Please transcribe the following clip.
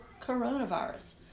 coronavirus